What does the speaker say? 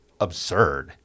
absurd